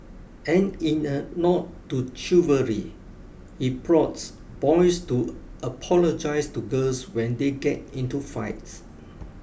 and in a nod to chivalry he prods boys to apologise to girls when they get into fights